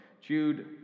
Jude